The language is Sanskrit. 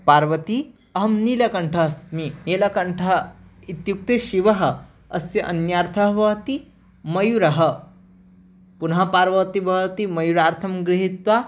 पार्वती अहं नीलकण्ठः अस्मि नीलकण्ठः इत्युक्ते शिवः अस्य अन्यार्थः भवति मयूरः पुनः पार्वती भवति मरूरार्थं गृहीत्वा